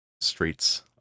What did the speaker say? Streets